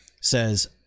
Says